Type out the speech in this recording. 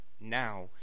now